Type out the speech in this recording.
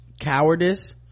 cowardice